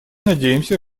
надеемся